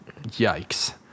yikes